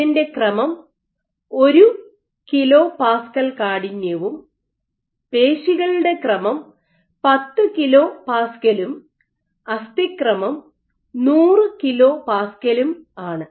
ഇതിൻറെ ക്രമം 1 kPa കാഠിന്യവും പേശികളുടെ ക്രമം 10 kPa ഉം അസ്ഥി ക്രമം 100 kPa ഉം ആണ്